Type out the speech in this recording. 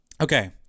okay